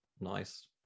nice